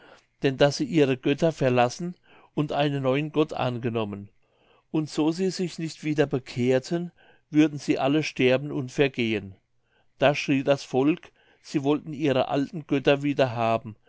denn daß sie ihre götter verlassen und einen neuen gott angenommen und so sie sich nicht wieder bekehrten würden sie alle sterben und vergehen da schrie das volk sie wollten ihre alten götter wieder haben